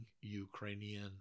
Ukrainian